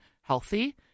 healthy